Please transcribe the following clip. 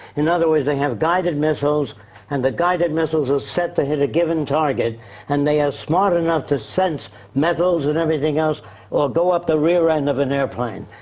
in other words, they have guided missiles and the guided missiles are set to hit a given target and they are smart enough to sense metals and everything else or go up the rear end of an airplane.